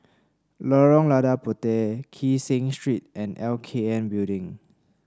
Lorong Lada Puteh Kee Seng Street and L K N Building